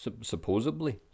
supposedly